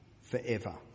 forever